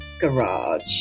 garage